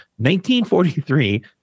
1943